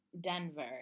Denver